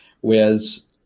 Whereas